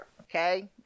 okay